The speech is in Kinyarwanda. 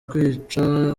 kwica